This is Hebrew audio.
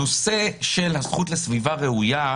הנושא של הזכות לסביבה ראויה,